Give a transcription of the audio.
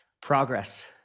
progress